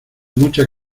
mucha